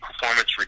performance